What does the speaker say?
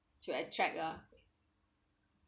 to attract lah